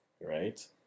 right